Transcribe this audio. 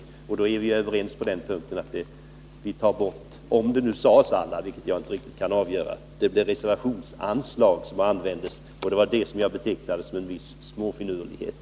Vi kan då vara överens om att — om det nu sades, vilket jag inte riktigt kan avgöra — ta bort ordet alla. Det var uttrycket reservationsanslag som användes, och det var detta som jag betecknade som en viss småfinurlighet.